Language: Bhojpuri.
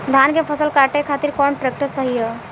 धान के फसल काटे खातिर कौन ट्रैक्टर सही ह?